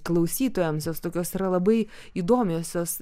klausytojams jos tokios yra labai įdomiosios jos